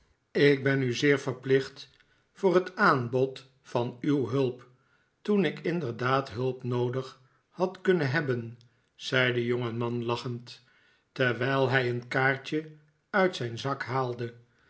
ik ben u zeer verplicht voor het aanbod van uw hulp toen ik inderdaad hulp noodig had kunnen hebben zei de jongeman lachend terwijl hij een kaartje uit zijn zak haalde